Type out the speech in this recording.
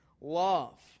love